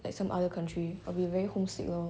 like some other country I'll be very homesick lor